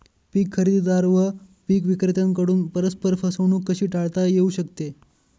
पीक खरेदीदार व पीक विक्रेत्यांकडून परस्पर फसवणूक कशी टाळता येऊ शकते?